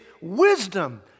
wisdom